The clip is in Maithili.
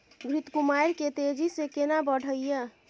घृत कुमारी के तेजी से केना बढईये?